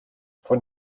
von